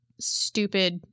stupid